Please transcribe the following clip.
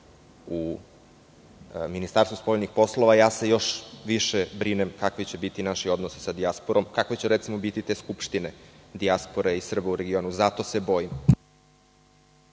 u Ministarstvu spoljnih poslova, još više se brinem kakvi će biti naši odnosi sa dijasporom. Kakve će recimo biti te skupštine dijaspore i Srba u regionu? Zato se bojim.